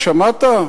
שמעת?